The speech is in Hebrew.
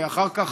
ואחר כך,